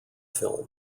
film